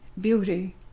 beauty